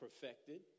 perfected